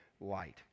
light